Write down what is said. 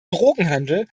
drogenhandel